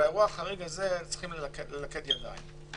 באירוע החריג הזה צריכים ללכד ידיים.